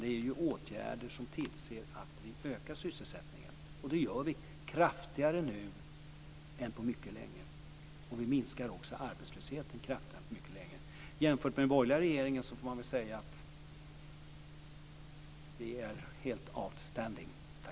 Det är åtgärder som skall tillse att sysselsättningen ökas. Det sker nu på ett kraftigare sätt än på länge. Vi minskar också arbetslösheten kraftigare än på länge. Jämfört med den borgerliga regeringen är vi helt outstanding.